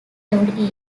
every